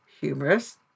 humorous